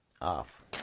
off